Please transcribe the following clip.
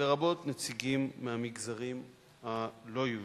לרבות נציגים מהמגזרים הלא-יהודיים.